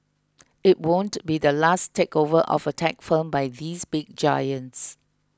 it won't be the last takeover of a tech firm by these big giants